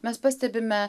mes pastebime